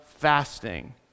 Fasting